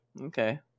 Okay